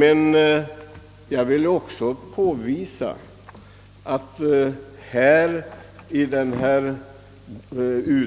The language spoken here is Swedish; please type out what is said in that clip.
Den utredning jag nyss syftade på